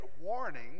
warning